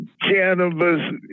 cannabis